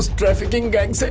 trafficking gang. so